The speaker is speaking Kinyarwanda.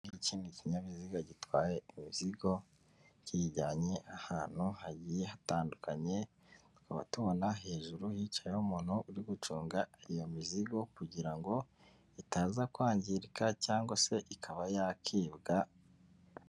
Iki ni ikinyabiziga gitwaye imizigo, kiyijyanye ahantu hagiye hatandukanye, tukaba tubona hejuru hicayeho umuntu uri gucunga iyo mizigo kugira ngo itaza kwangirika cyangwa se ikaba yakibwa...